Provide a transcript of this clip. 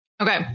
Okay